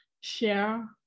share